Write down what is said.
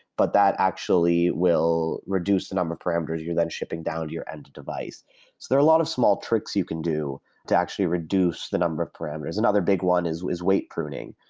but that actually will reduce the number parameters you're then shipping down to your end device. so there are a lot of small tricks you can do to actually reduce the number of parameters. another big one is weight pruning,